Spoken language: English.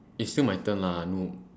it's still my turn lah no